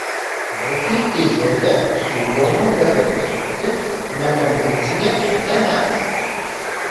vokietijoje siūloma legalizuoti nekomercinę eutanaziją